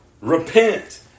Repent